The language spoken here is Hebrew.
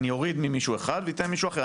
אני אוריד ממישהו אחד, ואתן למישהו אחר.